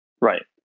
right